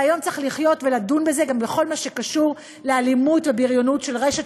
והיום צריך לחיות ולדון בזה גם בכל מה שקשור לאלימות ובריונות של רשת,